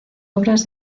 obras